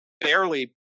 barely